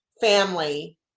family